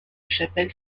chapelle